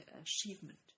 achievement